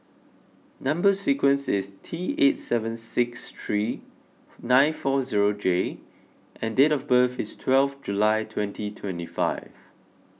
Number Sequence is T eight seven six three nine four zero J and date of birth is twelve July twenty twenty five